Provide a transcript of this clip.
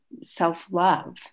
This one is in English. self-love